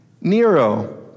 Nero